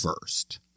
first